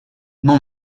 non